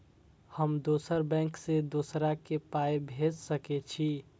हम दोसर बैंक से दोसरा के पाय भेज सके छी?